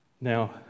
Now